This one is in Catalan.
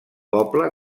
poble